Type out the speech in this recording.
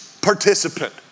participant